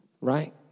right